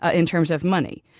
ah in terms of money.